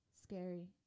Scary